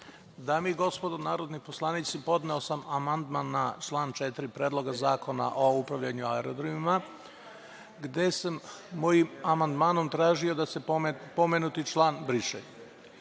Dame i gospodo narodni poslanici, podneo sam amandman na član 4. Predloga zakona o upravljanju aerodromima gde sam mojim amandmanom tražio da se pomenuti član briše.